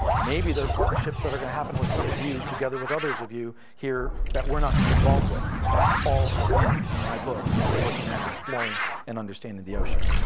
maybe they're partnerships that are gonna happen with some of you together with others of you here that we're not gonna be involved with. that's all a win in my book if we're looking at exploring and understanding the ocean.